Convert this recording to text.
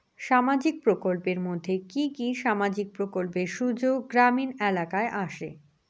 সামাজিক প্রকল্পের মধ্যে কি কি সামাজিক প্রকল্পের সুযোগ গ্রামীণ এলাকায় আসে?